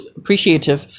appreciative